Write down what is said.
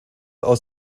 aus